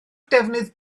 defnydd